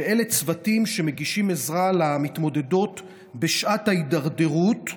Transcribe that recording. שאלה צוותים שמגישים עזרה למתמודדות בשעת ההידרדרות,